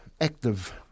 active